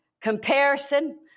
comparison